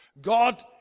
God